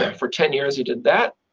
and for ten years he did that.